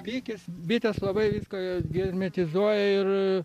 pikis bitės labai viską hermetizuoja ir